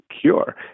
cure